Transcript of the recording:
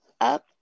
up